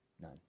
None